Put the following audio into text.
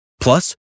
Plus